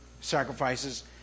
sacrifices